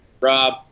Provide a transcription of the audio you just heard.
Rob